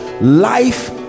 life